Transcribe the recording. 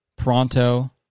Pronto